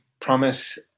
promise